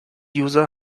user